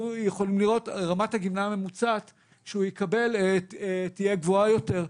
רמת הגמלה הממוצעת שהוא יקבל תהיה גבוהה יותר.